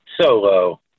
solo